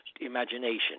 imagination